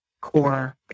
core